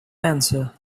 answer